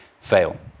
fail